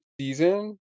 season